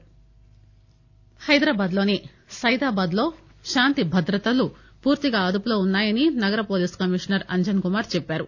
శాంతి భద్రతలు హైదరాబాద్ లోని సైదాబాద్ లో శాంతిభద్రతలు పూర్తిగా అదుపులో ఉన్నా యని నగర పోలీసు కమిషనర్ అంజన్ కుమార్ చెప్పారు